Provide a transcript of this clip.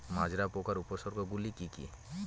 মাজরা পোকার উপসর্গগুলি কি কি?